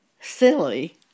silly